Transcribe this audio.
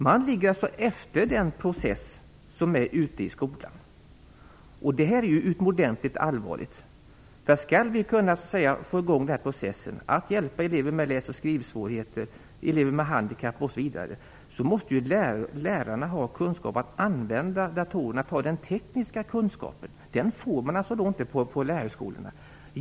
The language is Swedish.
De ligger efter den process som sker ute i skolan. Det är utomordentligt allvarligt. Skall vi kunna få i gång en process där man hjälper elever med läs och skrivsvårigheter, elever med handikapp osv. måste lärarna ha den tekniska kunskapen att använda datorerna. Den får de inte på lärarhögskolorna.